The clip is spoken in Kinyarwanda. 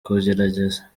kugerageza